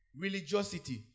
Religiosity